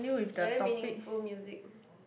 very meaningful music